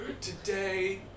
today